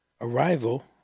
arrival